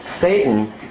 Satan